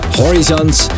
horizons